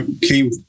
came